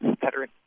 veteran